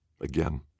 Again